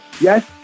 Yes